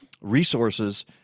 resources